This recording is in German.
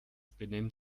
benimmt